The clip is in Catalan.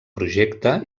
projecte